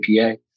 APA